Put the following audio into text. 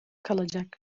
kalacak